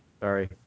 Sorry